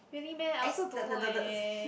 maybe meh I also don't know eh